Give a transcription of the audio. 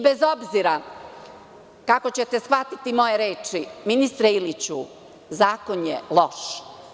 Bez obzira kako ćete shvatiti moje reči, ministre Iliću, zakon je loš.